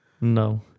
No